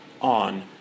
on